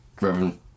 reverend